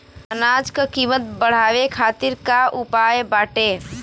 अनाज क कीमत बढ़ावे खातिर का उपाय बाटे?